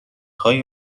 های